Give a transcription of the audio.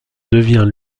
devient